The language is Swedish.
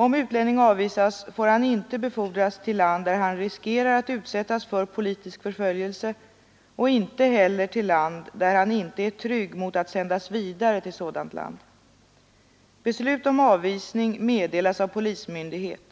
Om utlänning avvisas får han inte befordras till land, där han riskerar att utsättas för politisk förföljelse, och inte heller till land, där han inte är trygg mot att sändas vidare till sådant land. Beslut om avvisning meddelas av polismyndighet,